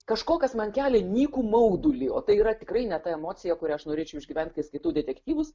kažko kas man kelia nykų maudulį o tai yra tikrai ne ta emocija kurią aš norėčiau išgyvent kai skaitau detektyvus